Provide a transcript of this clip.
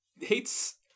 hates